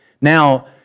Now